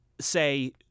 say